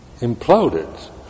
imploded